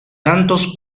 tantos